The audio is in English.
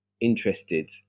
interested